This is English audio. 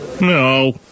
No